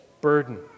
burden